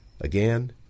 again